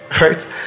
right